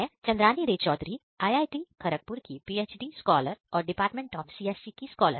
मैं चंद्रानी रे चौधरी IIT खरगपुर की PHD scholar और डिपार्टमेंट ऑफ CSE की scholar